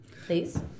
Please